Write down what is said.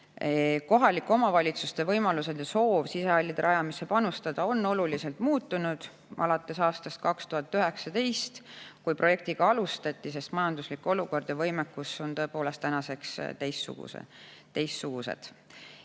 Kohalike omavalitsuste võimalused ja soov sisehallide rajamisse panustada on oluliselt muutunud alates aastast 2019, kui projekti alustati, sest majanduslik olukord ja võimekus on tänaseks teistsugused.